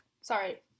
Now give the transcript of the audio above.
Sorry